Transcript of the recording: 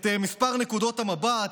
את מספר נקודות המבט,